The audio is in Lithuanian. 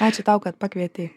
ačiū tau kad pakvietei